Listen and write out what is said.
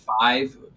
five